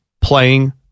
playing